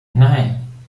nine